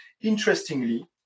Interestingly